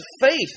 faith